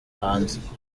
hanze